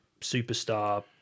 superstar